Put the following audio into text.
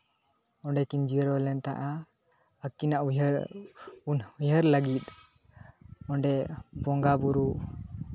ᱚᱸᱰᱮᱠᱤᱱ ᱡᱤᱨᱟᱹᱣᱞᱮᱱ ᱛᱟᱦᱮᱱᱟ ᱟᱹᱠᱤᱱᱟᱜ ᱩᱭᱦᱟᱹᱨ ᱩᱱ ᱩᱭᱦᱟᱹᱨ ᱞᱟᱹᱜᱤᱫ ᱚᱸᱰᱮ ᱵᱚᱸᱜᱟᱼᱵᱩᱨᱩ